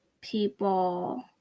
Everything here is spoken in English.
people